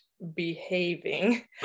behaving